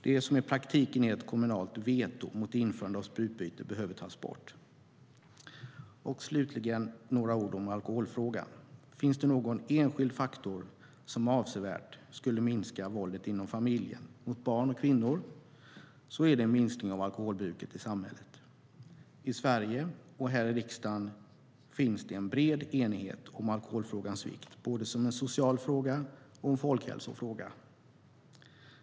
Det som i praktiken är ett kommunalt veto mot införande av sprututbyte behöver tas bort. Slutligen några ord om alkoholfrågan. Finns det någon enskild faktor som avsevärt skulle minska våldet inom familjen, mot barn och kvinnor, är det en minskning av alkoholbruket i samhället. I Sverige och här i riksdagen finns det en bred enighet om alkoholfrågans vikt, både som en social fråga och en folkhälsofråga.